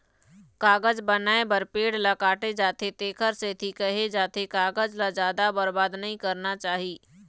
कागज बनाए बर पेड़ ल काटे जाथे तेखरे सेती केहे जाथे कागज ल जादा बरबाद नइ करना चाही